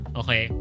okay